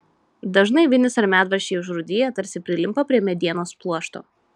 dažnai vinys ar medvaržčiai užrūdiję tarsi prilimpa prie medienos pluošto